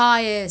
ya